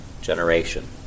generation